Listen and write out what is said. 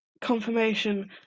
confirmation